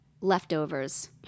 leftovers